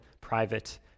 private